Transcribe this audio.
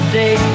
day